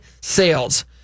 sales